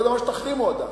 לא יודע מה שתחרימו עד אז,